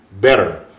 better